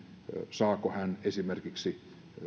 saako hän esimerkiksi